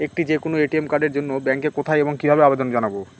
একটি যে কোনো এ.টি.এম কার্ডের জন্য ব্যাংকে কোথায় এবং কিভাবে আবেদন জানাব?